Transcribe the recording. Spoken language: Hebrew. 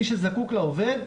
מי שזקוק לעובד,